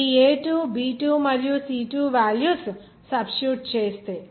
ఈ a2 b 2 మరియు c 2 values substitute చేస్తే